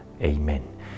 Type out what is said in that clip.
Amen